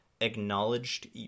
acknowledged